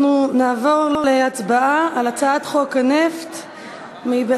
אנחנו נעבור להצבעה על הצעת חוק הנפט (תיקון,